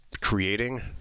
creating